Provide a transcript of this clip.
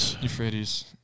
Euphrates